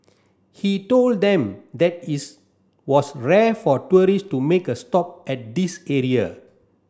he told them that its was rare for tourists to make a stop at this area